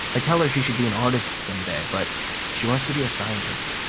i tell her she should be an artist someday, but she wants to be a scientist.